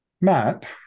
Matt